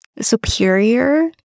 superior